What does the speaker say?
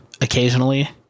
occasionally